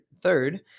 third